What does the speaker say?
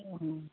অঁ